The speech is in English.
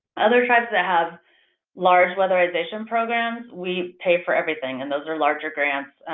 other tribes that have large weatherization programs, we pay for everything. and those are larger grants.